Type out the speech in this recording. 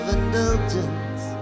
indulgence